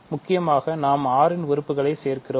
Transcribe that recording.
முக்கியமாக நாம் R இன் உறுப்புகளை சேர்க்கிறோம்